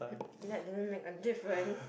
not doesn't make a difference